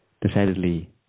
decidedly